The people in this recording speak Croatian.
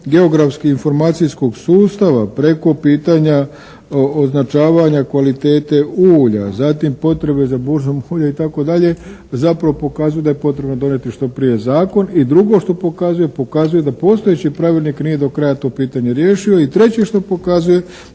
geografsko-informacijskog sustava preko pitanja označavanja kvalitete ulja, zatim potrebe za burzom ulja itd. zapravo pokazuju da je potrebno donijeti što prije zakon. I drugo što pokazuje, pokazuje da postojeći pravilnik nije do kraja to pitanje riješio. I treće što pokazuje